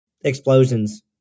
explosions